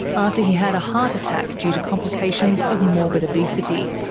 after he had a heart attack due to complications of morbid obesity.